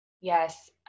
Yes